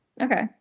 Okay